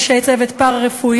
אנשי צוות פארה-רפואיים,